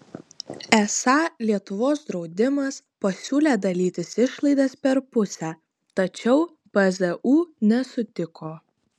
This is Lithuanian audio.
esą lietuvos draudimas pasiūlė dalytis išlaidas per pusę tačiau pzu nesutiko